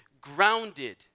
grounded